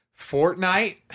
Fortnite